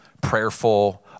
prayerful